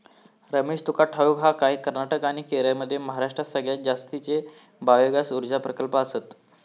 रमेश, तुका ठाऊक हा काय, कर्नाटक आणि केरळमध्ये महाराष्ट्रात सगळ्यात जास्तीचे बायोगॅस ऊर्जा प्रकल्प आसत